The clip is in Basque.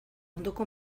ondoko